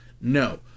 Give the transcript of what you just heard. No